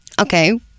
Okay